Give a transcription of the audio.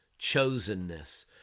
chosenness